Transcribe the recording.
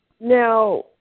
now